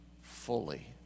fully